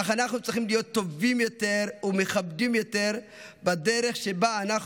אך אנחנו צריכים להיות טובים יותר ומכבדים יותר בדרך שבה אנחנו